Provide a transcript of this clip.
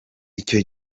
icyo